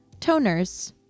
toners